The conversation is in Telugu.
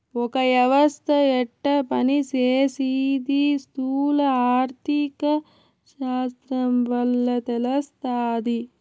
ఒక యవస్త యెట్ట పని సేసీది స్థూల ఆర్థిక శాస్త్రం వల్ల తెలస్తాది